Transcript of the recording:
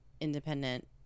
independent